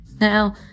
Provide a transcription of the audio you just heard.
Now